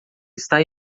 está